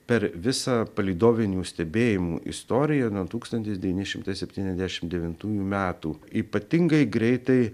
per visą palydovinių stebėjimų istoriją nuo tūkstantis devyni šimtai septyniasdešimt devintųjų metų ypatingai greitai